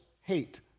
hate